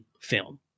film